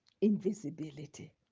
Invisibility